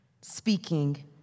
speaking